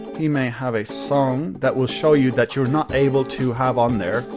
he may have a song that will show you that you're not able to have on there.